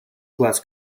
glass